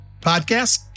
podcast